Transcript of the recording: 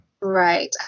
Right